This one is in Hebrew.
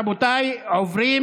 רבותיי, עוברים